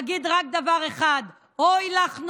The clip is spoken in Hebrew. אגיד רק דבר אחד: אוי לך,